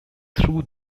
through